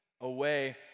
away